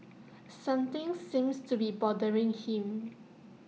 something seems to be bothering him